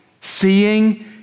Seeing